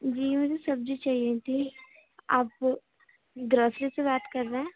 جی مجھے سبزی چاہیے تھی آپ گروسری سے بات کر رہے ہیں